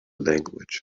language